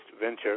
venture